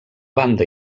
banda